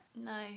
No